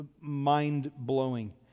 mind-blowing